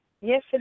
Yes